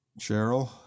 Cheryl